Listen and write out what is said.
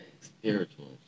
spiritual